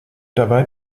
dabei